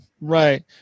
right